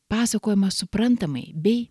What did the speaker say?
pasakojama suprantamai bei